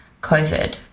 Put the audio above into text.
COVID